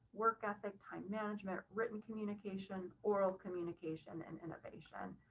work ethic, time management, written communication, oral communication and innovation.